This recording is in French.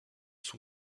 son